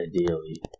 ideally